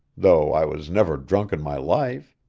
though i was never drunk in my life.